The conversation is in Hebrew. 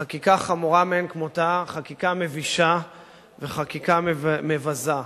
חקיקה חמורה מאין כמותה, חקיקה מבישה וחקיקה מבזה.